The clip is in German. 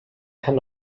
kann